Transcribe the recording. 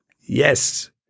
yes